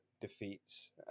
defeats